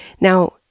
Now